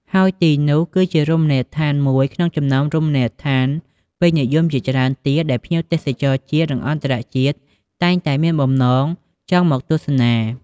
ហើយទីនេះគឺជារមណីដ្ឋានមួយ ក្នុងចំណោម រមណីដ្ឋានពេញនិយមជាច្រើនទៀត ដែលភ្ញៀវ ទេសចរជាតិ និងអន្តរជាតិតែងតែ មានបំណងចង់មកទស្សនា។